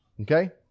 Okay